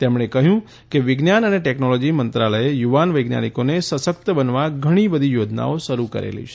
તેમણે કહ્યું કે વિજ્ઞાન અને ટેકનોલોજી મંત્રાલય યુવાન વૈજ્ઞાનિકોને સશક્ત બનાવવા ઘણી બધી યોજનાઓ શરૂ કરેલી છે